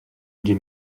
gdzie